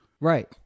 Right